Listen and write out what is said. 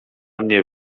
mnie